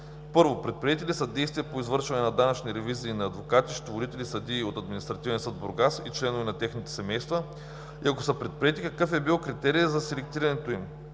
са: 1. Предприети ли са действия по извършване на данъчни ревизии на адвокати, счетоводители, съдии от Административен съд – Бургас, и членове на техните семейства и, ако са предприети, какъв е бил критерия за „селектирането“ им?